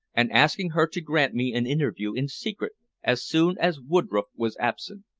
and asking her to grant me an interview in secret as soon as woodroffe was absent.